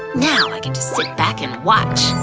now i get to sit back and watch